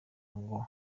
ngo